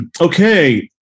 Okay